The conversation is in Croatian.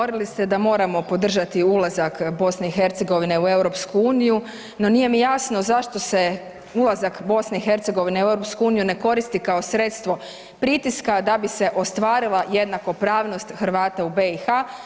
Govorili ste da moramo podržati ulazak BiH u EU, no nije mi jasno zašto se ulazak BiH u EU ne koristi kao sredstvo pritiska da bi se ostvarila jednakopravnost Hrvata u BiH.